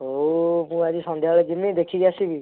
ହଉ ମୁଁ ଆଜି ସନ୍ଧ୍ୟାବେଳେ ଯିମି ଦେଖିକି ଆସିବି